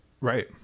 Right